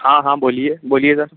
हाँ हाँ बोलिए बोलिए सर